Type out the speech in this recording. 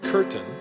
Curtain